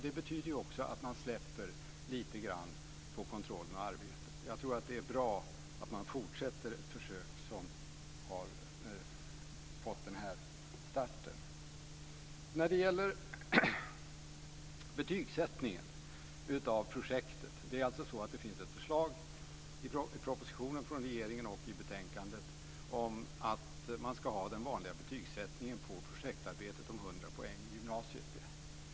Det betyder också att man släpper lite grann på kontrollen av arbetet. Jag tror att det är bra att man fortsätter ett försök som har fått den här starten. Det finns ett förslag i propositionen från regeringen och i betänkandet om att ha den vanliga betygssättningen på projektarbetet om 100 poäng i gymnasiet.